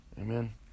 Amen